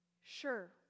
Sure